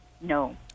No